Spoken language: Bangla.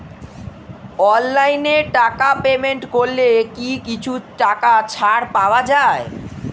অনলাইনে টাকা পেমেন্ট করলে কি কিছু টাকা ছাড় পাওয়া যায়?